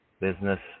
business